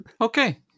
Okay